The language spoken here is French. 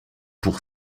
pour